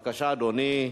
בבקשה, אדוני.